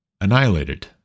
annihilated